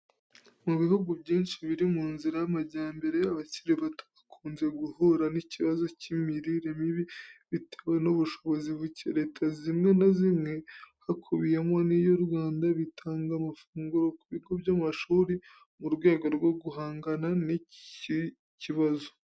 Mu bihugu byinshi biri mu nzira y'amajyambere, abakiri bato bakunze guhura n'ikibazo cy'imirire mibi bitewe n'ubushobozi buke. Leta zimwe na zimwe hakubiyemo n'iy' U Rwanda bitanga amafunguro ku bigo by'amashuri mu rwego rwo guhangana n'iki kibazo.